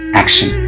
action